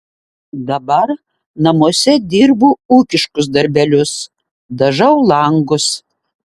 dabar namuose dirbu ūkiškus darbelius dažau langus